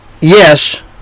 yes